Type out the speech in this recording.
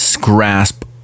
grasp